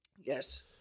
Yes